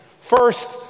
First